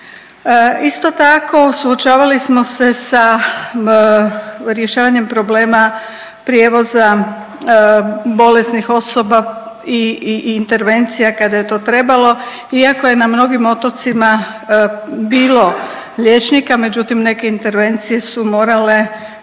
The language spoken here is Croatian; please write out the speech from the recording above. Isto tako, suočavali smo se sa rješavanjem problema prijevoza bolesnih osoba i intervencija kada je to trebalo iako je na mnogim otocima bilo liječnika. Međutim, neke intervencije su morale